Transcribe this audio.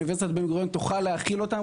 אוניברסיטת בן-גוריון תוכל להכיל אותם,